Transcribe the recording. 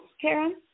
Karen